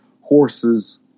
horses